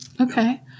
Okay